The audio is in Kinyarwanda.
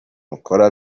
mukora